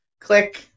Click